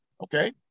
okay